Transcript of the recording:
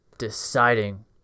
deciding